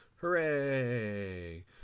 hooray